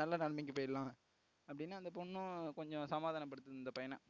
நல்ல நிலமைக்கு போயிட்லாம் அப்படின்னு அந்த பொண்ணு கொஞ்சம் சமாதானப்படுத்தினுது அந்த பையனை